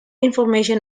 information